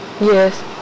Yes